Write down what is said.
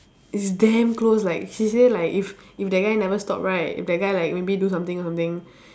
it's damn close like she say like if if that guy never stop right if that guy like maybe do something something